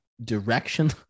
direction